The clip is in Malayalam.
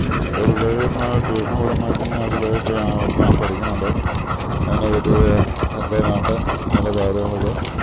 അപ്പം നമ്മൾ പിള്ളേർ ട്യൂഷന് വിടന്നച്ച്ഴിഞ്ഞാ ആ പിള്ളേർ പഠിക്കണുണ്ടോ അതിനെ പറ്റി എന്താ വേണ്ടെ എന്നുള്ള കാര്യങ്ങളൊക്കെ